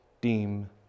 deem